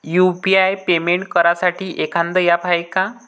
UPI payment करासाठी एखांद app हाय का?